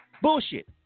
Bullshit